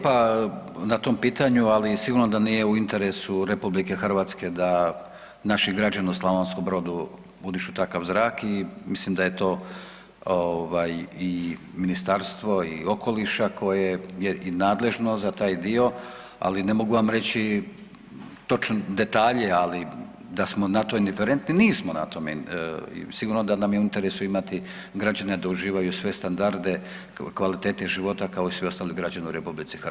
Hvala lijepa na tom pitanju, ali sigurno da nije u interesu RH da naši građani u Slavonskom Brodu udišu takav zrak i mislim da je to i ministarstvo okoliša koje je nadležno za taj dio, ali ne mogu vam reći detalje, ali da smo na indiferentni, nismo na to sigurno da nam je u interesu imati građane da uživaju sve standarde kvalitete života kao i svi ostali građani u RH.